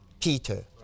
Peter